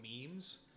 Memes